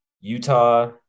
Utah